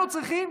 אנחנו צריכים